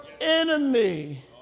enemy